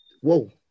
Whoa